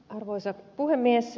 arvoisa puhemies